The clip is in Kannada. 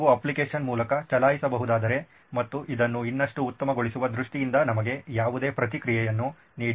ನೀವು ಅಪ್ಲಿಕೇಶನ್ ಮೂಲಕ ಚಲಾಯಿಸಬಹುದಾದರೆ ಮತ್ತು ಇದನ್ನು ಇನ್ನಷ್ಟು ಉತ್ತಮಗೊಳಿಸುವ ದೃಷ್ಟಿಯಿಂದ ನಮಗೆ ಯಾವುದೇ ಪ್ರತಿಕ್ರಿಯೆಯನ್ನು ನೀಡಿ